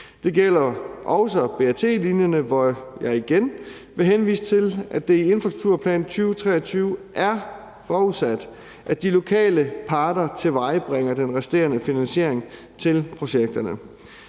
Det gælder også BRT-linjerne, hvor jeg igen vil henvise til, at det i Infrastrukturplan 2035 er forudsat, at de lokale parter tilvejebringer den resterende finansiering til projekterne.